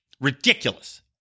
Ridiculous